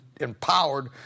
empowered